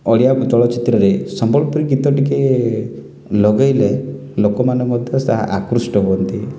ଓଡ଼ିଆ ଚଳଚିତ୍ରରେ ସମ୍ବଲପୁରୀ ଗୀତ ଟିକେ ଲଗେଇଲେ ଲୋକମାନେ ମଧ୍ୟ ଆକୃଷ୍ଟ ହୁଅନ୍ତି